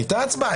הייתה הצבעה.